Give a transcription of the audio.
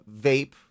vape